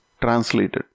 translated